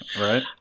Right